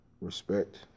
Respect